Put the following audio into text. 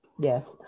Yes